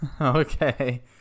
Okay